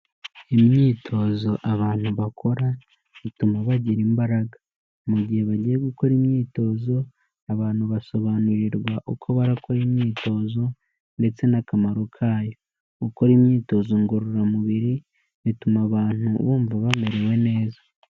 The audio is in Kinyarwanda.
Imyitozo abantu bakora ituma bagira imbaraga, mu gihe bagiye gukora imyitozo, abantu basobanurirwa uko barakora imyitozo ndetse n'akamaro kayo, gukora imyitozo ngororamubiri, bituma abantu bumva bamerewe neza.